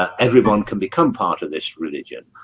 everyone can become part of this religion,